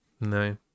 no